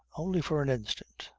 only for an instant,